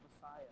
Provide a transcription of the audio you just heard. Messiah